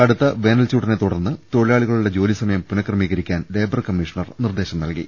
കടുത്ത വേനൽച്ചൂടിനെ തുടർന്ന് തൊഴിലാളികളുടെ ജോലി സമയം പുനഃക്രമീകരിക്കാൻ ലേബർ കമ്മീഷണർ നിർദ്ദേശം നൽകി